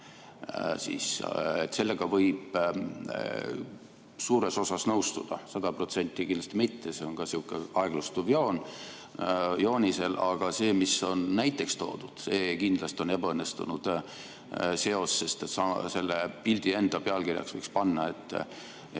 Sellega võib suures osas nõustuda, sada protsenti kindlasti mitte, see on ka sihuke aeglustuv joon joonisel. Aga see, mis on näiteks toodud, kindlasti on ebaõnnestunud seos, sest selle pildi enda pealkirjaks võiks panna, et